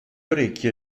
orecchie